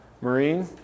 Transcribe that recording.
Marine